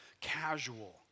casual